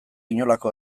inolako